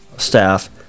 Staff